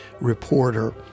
reporter